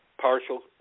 partial